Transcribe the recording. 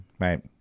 right